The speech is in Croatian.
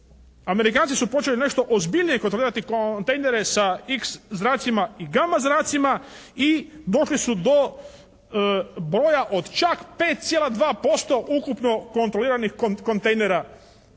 Amerikanci su počeli nešto ozbiljnije kontrolirati kontejnere sa x-zracima i gama-zracima i došli su do broja od čak 5,2% ukupno kontroliranih kontejnera